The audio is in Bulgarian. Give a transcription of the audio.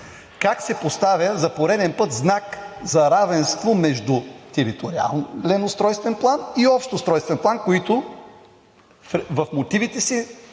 как се поставя за пореден път знак за равенство между Териториален устройствен план и Общ устройствен план, за които в мотивите в